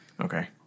Okay